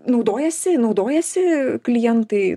naudojasi naudojasi klientai